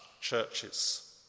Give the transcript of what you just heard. churches